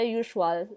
usual